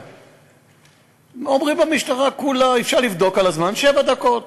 אומרים במשטרה, כולה שבע דקות.